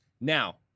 Now